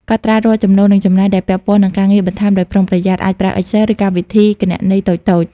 កត់ត្រារាល់ចំណូល និងចំណាយដែលពាក់ព័ន្ធនឹងការងារបន្ថែមដោយប្រុងប្រយ័ត្ន អាចប្រើ Excel ឬកម្មវិធីគណនេយ្យតូចៗ។